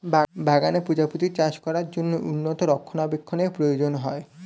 বাগানে প্রজাপতি চাষ করার জন্য উন্নত রক্ষণাবেক্ষণের প্রয়োজন হয়